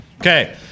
Okay